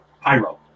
pyro